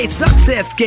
success